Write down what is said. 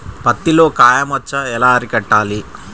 పత్తిలో కాయ మచ్చ ఎలా అరికట్టాలి?